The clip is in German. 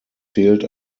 fehlt